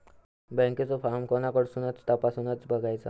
बँकेचो फार्म कोणाकडसून तपासूच बगायचा?